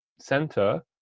center